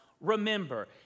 remember